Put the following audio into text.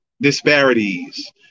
Disparities